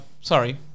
sorry